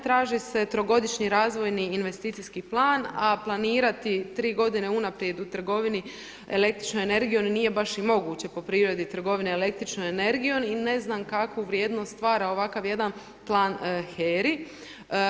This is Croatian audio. Traži se trogodišnji razvojni investicijski plan a planirati 3 godine unaprijed u trgovini električnom energijom nije baš ni moguće po prirodi trgovine električnom energijom i ne znam kakvu vrijednost stvara ovakav jedan plan HERA-i.